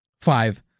Five